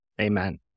Amen